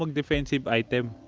um defensive item